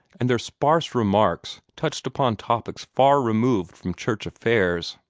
and their sparse remarks touched upon topics far removed from church affairs.